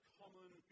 common